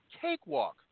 cakewalk